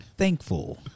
Thankful